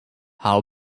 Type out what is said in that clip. how